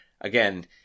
again